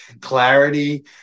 clarity